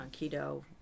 Keto